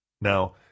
Now